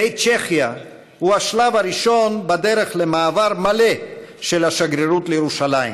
בית צ'כיה הוא השלב הראשון בדרך למעבר מלא של השגרירות לירושלים,